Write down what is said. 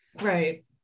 Right